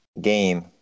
game